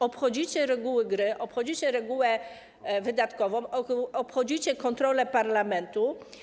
Obchodzicie reguły gry, obchodzicie regułę wydatkową, obchodzicie kontrolę parlamentu.